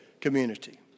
community